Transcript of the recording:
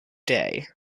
day